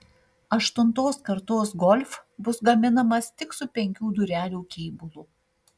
aštuntos kartos golf bus gaminamas tik su penkių durelių kėbulu